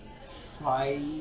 five